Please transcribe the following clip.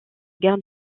garde